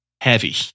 heavy